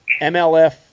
MLF